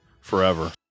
Forever